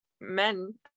men